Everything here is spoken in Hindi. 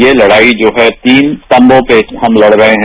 यह लड़ाई जो है तीन स्तंभो पर हम लड़ रहे हैं